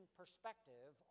perspective